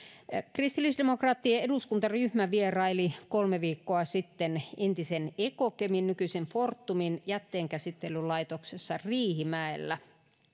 kristillisdemokraattien eduskuntaryhmä vieraili kolme viikkoa sitten entisen ekokemin nykyisen fortumin jätteenkäsittelylaitoksessa riihimäellä